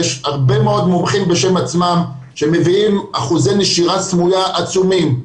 יש הרבה מאוד מומחים בשם עצמם שמביאים אחוזי נשירה סמויה עצומים.